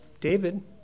David